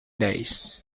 days